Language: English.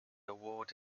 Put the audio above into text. award